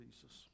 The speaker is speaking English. Jesus